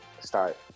start